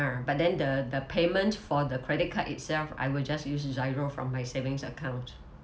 ah but then the the payment for the credit card itself I will just use GIRO from my savings account